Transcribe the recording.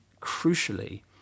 crucially